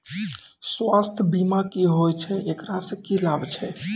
स्वास्थ्य बीमा की होय छै, एकरा से की लाभ छै?